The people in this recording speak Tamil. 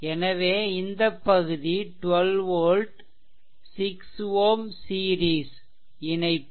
எனவே இந்தப்பகுதி 12 volt 6 Ω சீரிஸ் இணைப்பில்